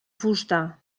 fusta